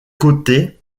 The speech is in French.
côté